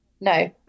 No